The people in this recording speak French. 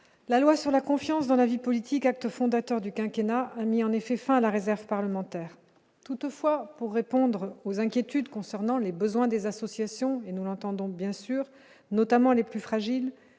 la loi sur la confiance dans la vie politique, acte fondateur du quinquennat mis en effet fin à la réserve parlementaire toutefois pour répondre aux inquiétudes concernant les besoins des associations et nous entendons bien sûr, notamment les plus fragiles,